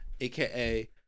aka